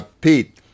Pete